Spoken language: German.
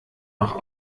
noch